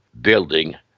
building